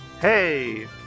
hey